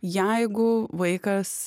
jeigu vaikas